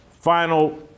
Final